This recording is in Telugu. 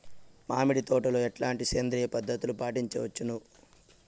మామిడి తోటలో ఎట్లాంటి సేంద్రియ పద్ధతులు పాటించవచ్చును వచ్చును?